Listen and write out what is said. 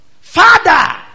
Father